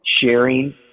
sharing